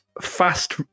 fast